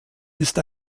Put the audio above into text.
ist